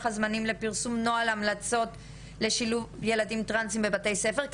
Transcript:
הזמנים לפרסום נוהל המלצות לשילוב ילדים טרנסיים בבתי ספר..",